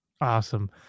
Awesome